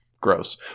gross